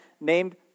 named